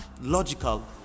logical